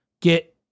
get